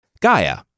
Gaia